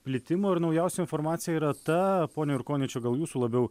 plitimo ir naujausia informacija yra ta pone jurkoni čia gal jūsų labiau